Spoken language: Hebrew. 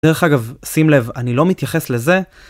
דרך אגב, שים לב, אני לא מתייחס לזה